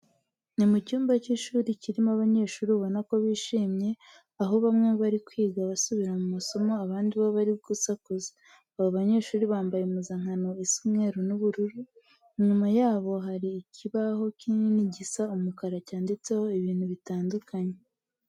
Ni mu cyumba cy'ishuri kirimo abanyeshuri ubona ko bishimye, aho bamwe bari kwiga basubira mu masomo abandi bo bari gusakuza. Abo banyeshuri bambaye impuzankano isa umweru n'ubururu. Inyuma yabo hari ikibaho kinini gisa umukara cyanditseho ibintu bitandukanye.